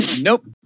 Nope